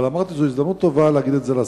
אבל אמרתי שזאת הזדמנות טובה לומר את זה לשר.